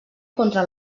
contra